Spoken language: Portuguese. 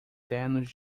ternos